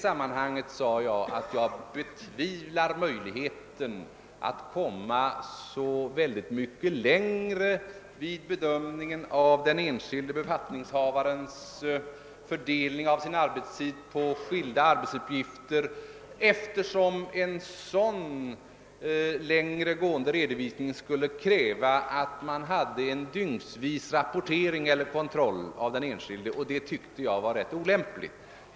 För det andra sade jag att jag betvivlar möjligheten att komma så väldigt mycket längre när det gäller bedömningen av den enskilde befattningshavarens fördelning av sin arbetstid på olika arbetsuppgifter, eftersom en sådan längre gående redovisning skulle kräva en dygnsvis rapportering eller kontroll av den enskilde, och det tyckte jag skulle vara rätt olämpligt.